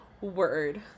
Word